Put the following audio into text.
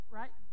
right